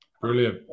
Brilliant